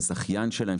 וזכיין שלהם,